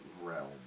realm